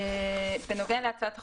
בנוגע להצעת החוק,